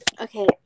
Okay